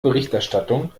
berichterstattung